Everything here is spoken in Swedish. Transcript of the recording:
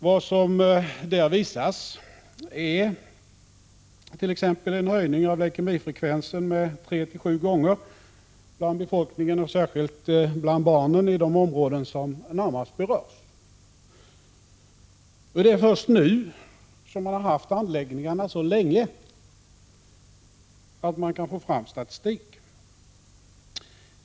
Vad som där visas är t.ex. en höjning av leukemifrekvensen med tre till sju gånger bland befolkningen och särskilt bland barnen i de områden som närmast berörs. Det är först nu som man har haft anläggningarna så länge att man kan få fram statistik.